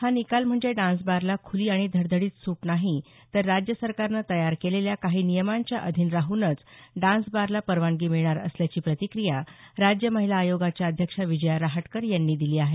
हा निकाल म्हणजे डान्सबारलाखूली आणि धडधडीत सूट नाही तर राज्य सरकारनं तयार केलेल्या काही नियमांच्याअधीन राहूनच डान्स बारला परवानगी मिळणार असल्याचीप्रतिक्रिया राज्य महिला आयोगाच्या अध्यक्षा विजया रहाटकर यांनी दिली आहे